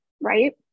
right